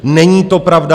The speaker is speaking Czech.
Není to pravda.